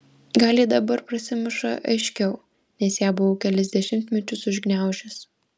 gal ji dabar prasimuša aiškiau nes ją buvau kelis dešimtmečius užgniaužęs